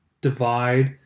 divide